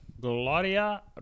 gloria